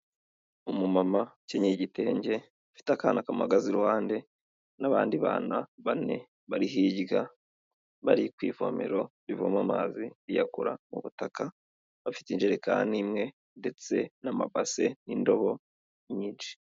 Umumama ukenyeye igitenge ufite akana kamuhagaze iruhande n'abandi bana bane bari hirya bari ku ivomero rivoma amazi riyakura mu butaka, bafite injerekani imwe ndetse n'amabase n'indobo nyinshi.